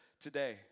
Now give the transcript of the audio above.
today